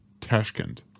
Tashkent